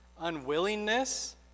unwillingness